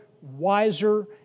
wiser